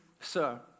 sir